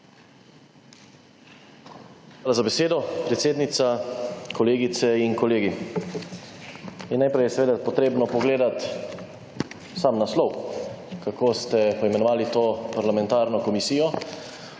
Hvala za besedo, predsednica. Kolegice in kolegi! Najprej je seveda potrebno pogledati sam naslov, kako ste poimenovali to parlamentarno komisijo